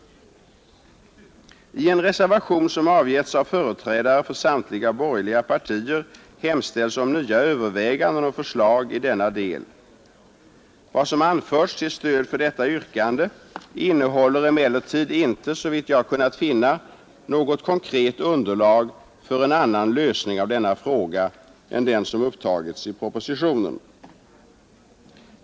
I en reservation som avgetts av företrädare för samtliga borgerliga partier hemställs om nya överväganden och förslag i denna del. Vad som anförs till stöd för detta yrkande innehåller emellertid inte såvitt jag kunnat finna något konkret underlag för en annan lösning av denna fråga än den som upptagits i propositionen.